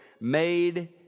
made